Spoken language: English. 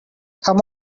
come